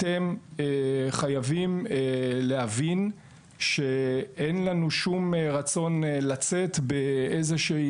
אתם חייבים להבין שאין לנו שום רצון לצאת באיזה שהוא